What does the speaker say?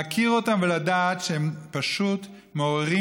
להכיר אותם ולדעת שהם פשוט מעוררים,